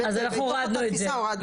ומתוך אותה תפיסה הורדנו את זה.